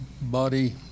body